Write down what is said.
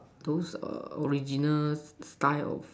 those err original style